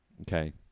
Okay